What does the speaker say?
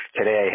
Today